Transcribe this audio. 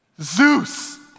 Zeus